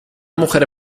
mujer